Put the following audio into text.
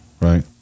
right